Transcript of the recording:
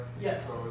Yes